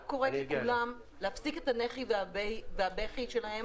אני רק קוראת לכולם להפסיק את הנהי והבכי שלהם.